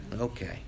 Okay